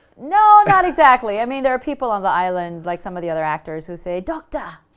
no, not exactly. i mean there are people on the island, like some of the other actors, who say doctor.